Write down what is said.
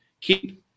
keep